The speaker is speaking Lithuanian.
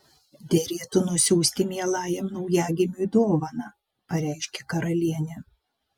derėtų nusiųsti mielajam naujagimiui dovaną pareiškė karalienė